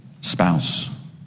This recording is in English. spouse